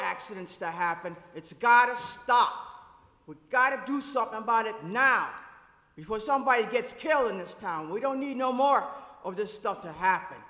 accidents to happen it's gotta stop we gotta do something about it nah we've got somebody gets killed in this town we don't need no more of this stuff to happen